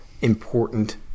important